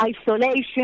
isolation